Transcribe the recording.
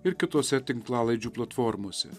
ir kitose tinklalaidžių platformose